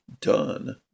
done